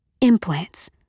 Implants